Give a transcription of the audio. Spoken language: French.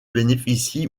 bénéficie